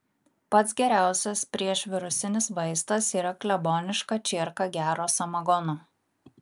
pats geriausias priešvirusinis vaistas yra kleboniška čierka gero samagono